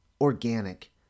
Organic